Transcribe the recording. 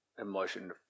emotion